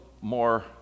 more